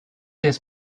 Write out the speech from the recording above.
this